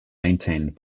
maintained